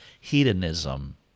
hedonism